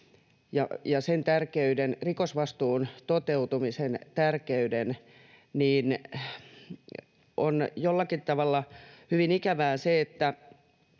luonteen ja rikosvastuun toteutumisen tärkeyden on jollakin tavalla hyvin ikävää se,